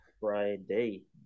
Friday